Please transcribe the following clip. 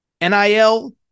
NIL